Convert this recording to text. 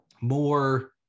more